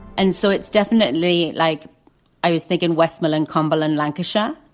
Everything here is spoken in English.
and so it's definitely like i was thinking westmorland, cumberland, lancashire,